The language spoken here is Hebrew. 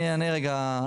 ואני קודם אענה.